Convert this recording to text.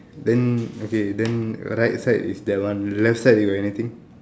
then okay then right side is that one left side you got anything